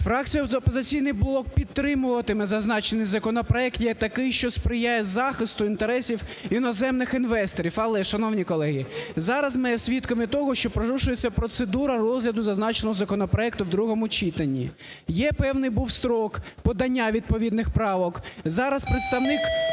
Фракція "Опозиційний блок" підтримуватиме зазначений законопроект як такий, що сприяє захисту інтересів іноземних інвесторів. Але, шановні колеги, зараз ми є свідками того, що порушується процедура розгляду зазначеного законопроекту в другому читанні. Є певний, був строк подання відповідних правок, зараз представник